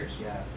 Yes